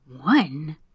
One